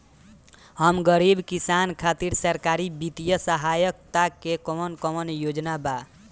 हम गरीब किसान खातिर सरकारी बितिय सहायता के कवन कवन योजना बा?